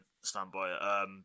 standby